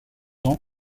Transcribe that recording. ans